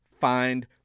find